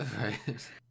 Right